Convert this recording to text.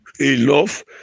enough